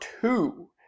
two